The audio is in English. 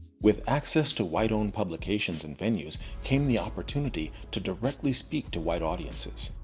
with access to white owned publications and venues came the opportunity to directly speak to white audiences.